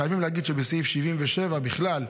חייבים להגיד שבסעיף 77 בכלל,